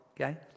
okay